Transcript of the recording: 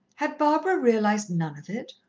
had barbara realized none of it,